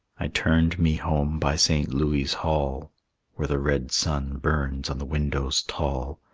i turned me home by st. louis' hall where the red sun burns on the windows tall.